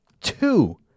Two